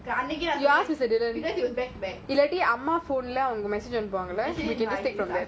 you asked me அணிகியே நான் சொன்னான்:anikiyae naan sonan because it was back to back